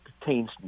contains